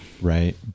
right